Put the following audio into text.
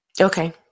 Okay